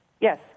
Yes